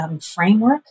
framework